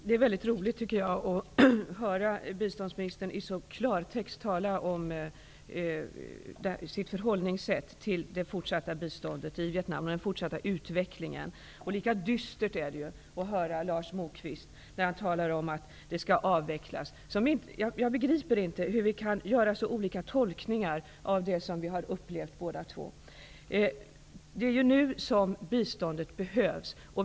Herr talman! Det är mycket roligt att höra biståndsministern i klartext tala om sitt förhållningssätt till det fortsatta biståndet i Vietnam, den fortsatta utvecklingen. Lika dystert är det att höra Lars Moquist när han talar om att stödet skall avvecklas. Jag begriper inte hur vi kan göra så olika tolkningar av det som vi båda två har upplevt. Det är nu som biståndet behövs.